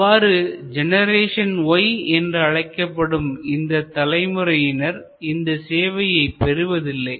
அவ்வாறு generation y என்று அழைக்கப்படும் இந்த தலைமுறையினர் இந்த சேவையை பெறுவதில்லை